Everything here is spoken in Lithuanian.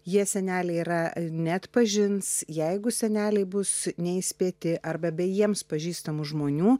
jie seneliai yra neatpažins jeigu seneliai bus neįspėti arba be jiems pažįstamų žmonių